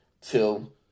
till